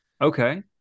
Okay